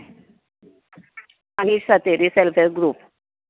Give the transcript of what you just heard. वर्धापन दिसा लोक फंक्शनां तशीं तेन्ना ओके कळ्ळें आमी सातेरी सेल्फ हेल्प ग्रुप